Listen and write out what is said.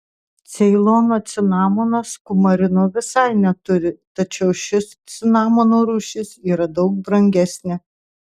ceilono cinamonas kumarino visai neturi tačiau ši cinamono rūšis yra daug brangesnė